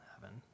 heaven